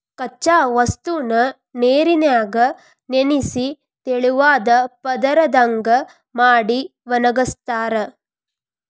ಕಚ್ಚಾ ವಸ್ತುನ ನೇರಿನ್ಯಾಗ ನೆನಿಸಿ ತೆಳುವಾದ ಪದರದಂಗ ಮಾಡಿ ಒಣಗಸ್ತಾರ